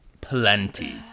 Plenty